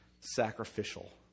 sacrificial